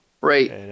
Right